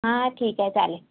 हां ठीक आहे चालेल